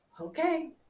okay